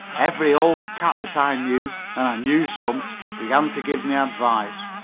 every old cat that i knew and i knew some began to give me advice.